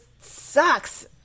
sucks